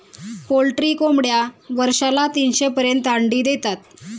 poultry कोंबड्या वर्षाला तीनशे पर्यंत अंडी देतात